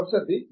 professor B